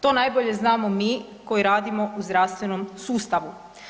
To najbolje znamo mi koji radimo u zdravstvenom sustavu.